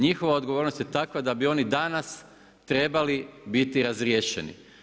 Njihova odgovornost je takva, da bi oni danas trebali biti razriješeni.